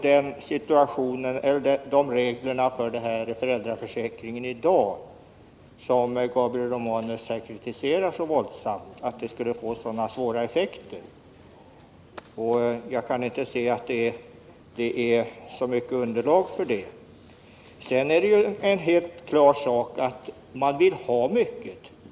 De regler för föräldraförsäkringen som vi har i dag kritiserar Gabriel Romanus här våldsamt för att de skall få så svåra effekter. Men jag kan inte se att det finns så mycket underlag för det. Sedan är det klart att man vill ha mycket.